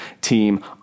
team